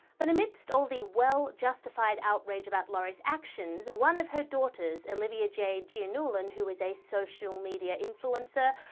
but amidst all the well justified outrage about lori's actions, one of her daughters, olivia jade giannullin, who is a social media influencer,